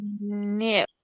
no